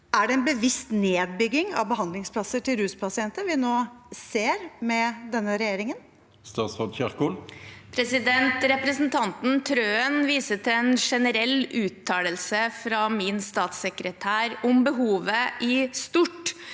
Er det en bevisst nedbygging av behandlingsplasser til ruspasienter vi nå ser med denne regjeringen? Statsråd Ingvild Kjerkol Representan- ten Trøen viser til en generell uttalelse fra min statssekretær om behovet i stort.